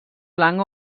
blanc